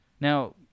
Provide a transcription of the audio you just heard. Now